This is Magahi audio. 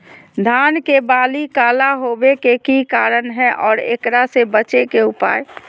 धान के बाली काला होवे के की कारण है और एकरा से बचे के उपाय?